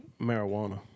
Marijuana